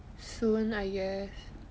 soon I guess